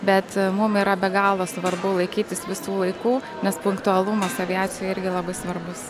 bet mum yra be galo svarbu laikytis visų laikų nes punktualumas aviacijoj irgi labai svarbus